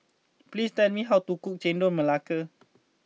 please tell me how to cook Chendol Melaka